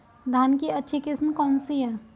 धान की अच्छी किस्म कौन सी है?